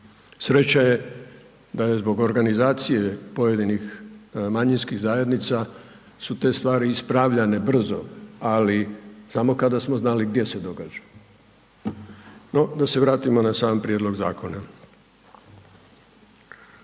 Sreća je da je zbog organizacije pojedinih manjinskih zajednica su te stvari ispravljane brzo ali samo kada smo znali gdje se događaju. No da se vratimo na sam prijedlog zakona.